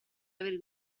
avere